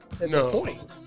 No